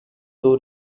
two